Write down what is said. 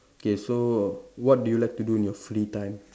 K so what do you like to do in your free time